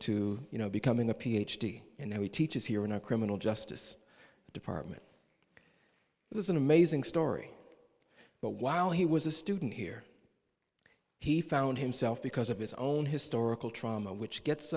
to you know becoming a ph d and he teaches here in our criminal justice department there's an amazing story but while he was a student here he found himself because of his own historical trauma which gets